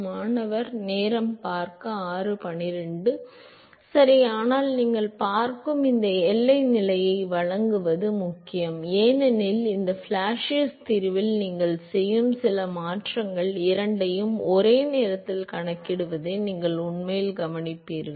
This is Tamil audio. மாணவர் சரி ஆனால் நீங்கள் பார்க்கும் இந்த எல்லை நிலையை வழங்குவது முக்கியம் ஏனெனில் இந்த ப்ளாசியஸ் தீர்வில் நீங்கள் செய்யும் சில மாற்றங்கள் இரண்டையும் ஒரே நேரத்தில் கணக்கிடுவதை நீங்கள் உண்மையில் பார்ப்பீர்கள்